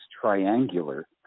triangular